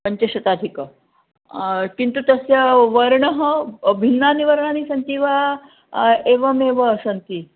पञ्चशताधिक किन्तु तस्याः वर्णाः भिन्नाः वर्णाः सन्ति वा एवमेव सन्ति